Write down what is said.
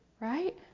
Right